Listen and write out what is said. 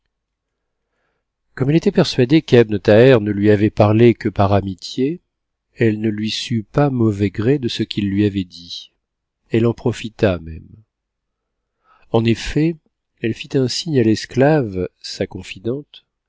comme elle était persuadée qu'ebn thaher ne lui avait parlé que par amitié elle ne lui sut pas mauvais gré de ce qu'il lui avait dit elle en profita même en effet elle fit un signe à l'esclave sa confidente